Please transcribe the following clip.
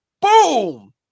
boom